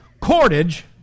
cordage